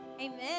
Amen